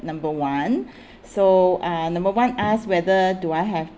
number one so uh number one ask whether do I have